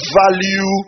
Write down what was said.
value